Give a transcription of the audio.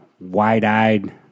wide-eyed